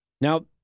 Now